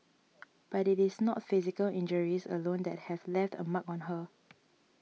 but it is not physical injuries alone that have left a mark on her